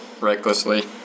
recklessly